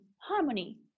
harmony